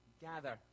Gather